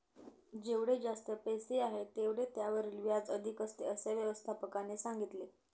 जेवढे जास्त पैसे आहेत, तेवढे त्यावरील व्याज अधिक असते, असे व्यवस्थापकाने सांगितले